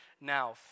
now